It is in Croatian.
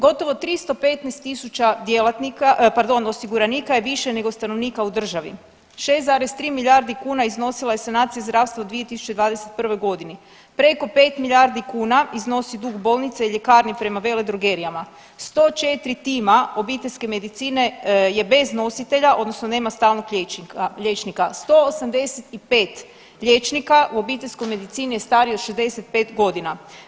Gotovo 315.000 djelatnika, pardon osiguranika je više nego stanovnika u državi, 6,3 milijardi kuna iznosila je sanacija zdravstva u 2021. godini, preko 5 milijardi kuna iznosi dug bolnica i ljekarni prema veledrogerijama, 104 tima obiteljske medicine je bez nositelja odnosno nema stalnog liječnika, 185 liječnika u obiteljskoj medicini je starije od 65 godina.